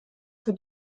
für